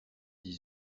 dix